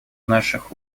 наших